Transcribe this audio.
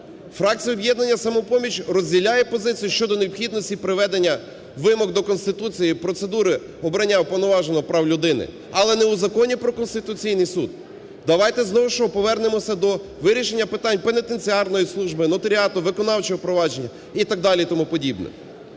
Фракція "Об'єднання "Самопоміч" розділяє позицію щодо необхідності приведення вимог до Конституції і процедури обрання Уповноваженого з прав людини, але не в Законі про Конституційний Суд. Давайте знову, що, повернемося до вирішення питань пенітенціарної служби, нотаріату, виконавчого провадження і так